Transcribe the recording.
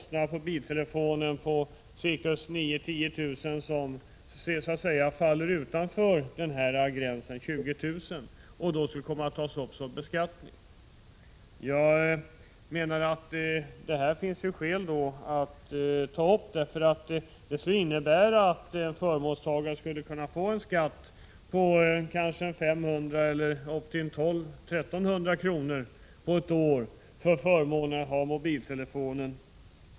för biltelefonen att falla utanför 20 000-kronorsgränsen, en kostnad som man således måste ta upp för beskattning. Det finns skäl att invända mot detta, eftersom det innebär att en förmånstagare skulle kunna få en årlig skatt på 500 kr. eller kanske upp till 1 200-1 300 kr. för förmånen att ha mobiltelefon.